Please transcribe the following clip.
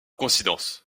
coïncidence